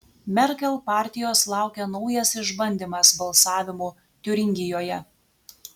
merkel partijos laukia naujas išbandymas balsavimu tiuringijoje